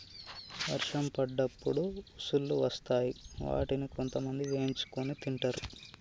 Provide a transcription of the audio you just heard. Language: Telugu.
వర్షం పడ్డప్పుడు ఉసుల్లు వస్తాయ్ వాటిని కొంతమంది వేయించుకొని తింటరు